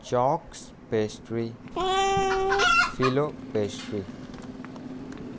chalks pastry flow pastry